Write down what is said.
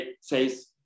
says